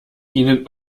ihnen